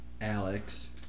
Alex